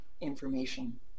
information